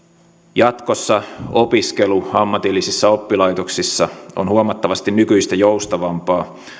jatkossa opiskelu ammatillisissa oppilaitoksissa on huomattavasti nykyistä joustavampaa